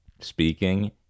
speaking